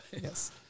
yes